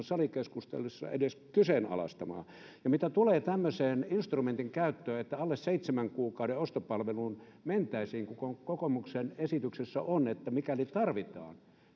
salikeskustelussa edes kyseenalaistamaan mitä tulee tämmöisen instrumentin käyttöön että alle seitsemän kuukauden ostopalveluun mentäisiin kuten kokoomuksen esityksessä on että mikäli tarvitaan